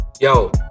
Yo